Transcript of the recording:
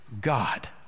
God